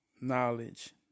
knowledge